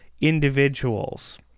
individuals